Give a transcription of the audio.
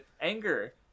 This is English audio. anger